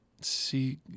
See